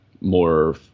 more